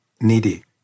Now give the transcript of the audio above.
Needy